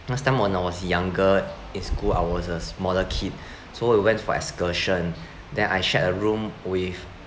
last time when I was younger in school I was a smaller kid so we went for excursion then I shared a room with